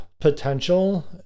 potential